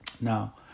now